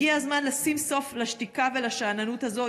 הגיע הזמן לשים סוף לשתיקה ולשאננות הזו,